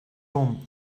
room